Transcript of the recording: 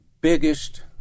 biggest